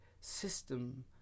system